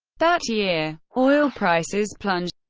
that year, oil prices plunged,